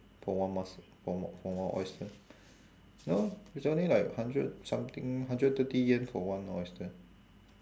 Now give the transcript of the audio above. for one mus~ for on~ for one oyster no it's only like hundred something hundred thirty yen for one oyster